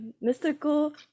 mystical